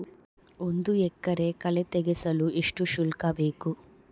ಒಂದು ಎಕರೆ ಕಳೆ ತೆಗೆಸಲು ಎಷ್ಟು ಶುಲ್ಕ ಬೇಕು?